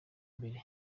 mbere